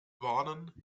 warnen